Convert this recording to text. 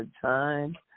time